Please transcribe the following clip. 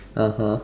(uh huh)